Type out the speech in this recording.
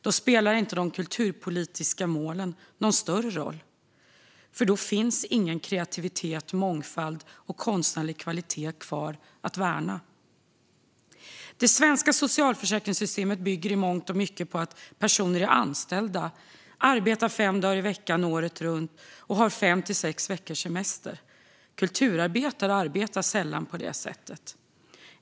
Då spelar inte de kulturpolitiska målen någon större roll, för då finns ingen kreativitet, mångfald eller konstnärlig kvalitet kvar att värna. Det svenska socialförsäkringssystemet bygger i mångt och mycket på att personer är anställda, arbetar fem dagar i veckan året runt och har fem till sex veckors semester. Kulturarbetare arbetar sällan på det sättet.